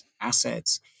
assets